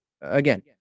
Again